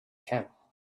camp